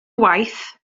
waith